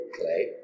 clay